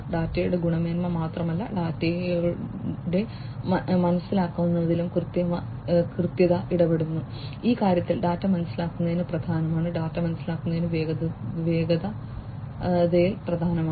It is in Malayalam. ഡാറ്റയുടെ ഗുണമേന്മ മാത്രമല്ല ഡാറ്റയുടെ മനസ്സിലാക്കാവുന്നതിലും കൃത്യത ഇടപെടുന്നു ഈ കാര്യത്തിൽ ഡാറ്റ മനസ്സിലാക്കുന്നത് പ്രധാനമാണ് ഡാറ്റ മനസ്സിലാക്കുന്നത് വേഗതയിൽ പ്രധാനമാണ്